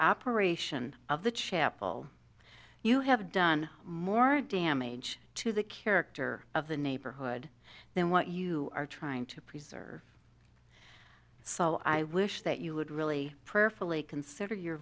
operation of the chapel you have done more damage to the character of the neighborhood than what you are trying to preserve fall i wish that you would really prayerfully consider your